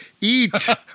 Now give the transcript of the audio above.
Eat